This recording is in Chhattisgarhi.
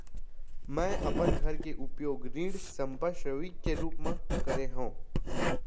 मै अपन घर के उपयोग ऋण संपार्श्विक के रूप मा करे हव